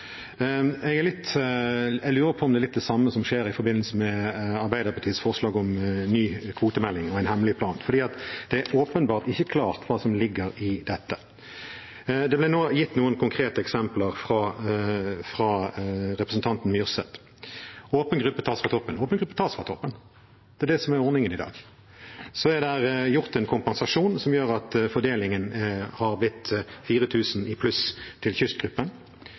Jeg lurer på om det er litt av det samme som skjer i forbindelse med Arbeiderpartiets forslag om ny kvotemelding og en hemmelig plan, for det er åpenbart ikke klart hva som ligger i dette. Det ble nå gitt noen konkrete eksempler fra representanten Myrseth: Åpen gruppe tas fra toppen. Åpen gruppe tas fra toppen, det er det som er ordningen i dag. Så er det gitt en kompensasjon som gjør at fordelingen har blitt 4 000 tonn i pluss til kystgruppen.